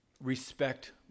respect